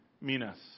minas